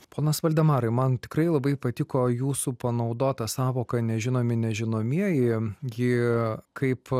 ponas valdemarai man tikrai labai patiko jūsų panaudota sąvoka nežinomi nežinomieji gi kaip